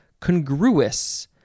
congruous